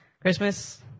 Christmas